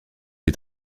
est